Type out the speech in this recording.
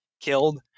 killed